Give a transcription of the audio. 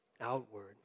outward